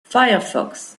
firefox